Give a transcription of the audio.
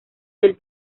del